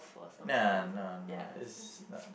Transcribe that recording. nah nah no it's not